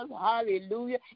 Hallelujah